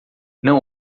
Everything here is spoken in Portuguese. não